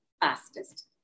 fastest